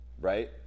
right